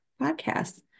podcasts